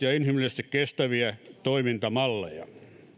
ja inhimillisesti kestäviä toimintamalleja